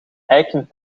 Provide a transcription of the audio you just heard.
eiken